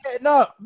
no